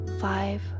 five